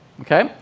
okay